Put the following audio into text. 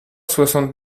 soixante